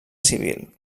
civil